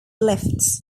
lifts